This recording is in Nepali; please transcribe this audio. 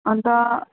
अन्त